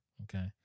Okay